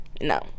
no